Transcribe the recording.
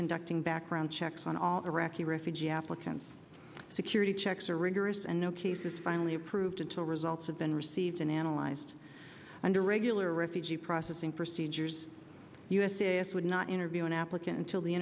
conducting background checks on all iraqi refugee applicants security checks are rigorous and no cases finally approved until results have been received and analyzed under regular refugee processing procedures u s a s would not interview an applicant until the